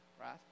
right